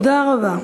תודה רבה.